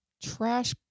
trash